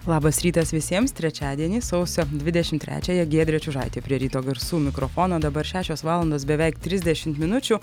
labas rytas visiems trečiadienį sausio dvidešimt trečiąją giedrė čiužaitė prie ryto garsų mikrofono dabar šešios valandos beveik trisdešimt minučių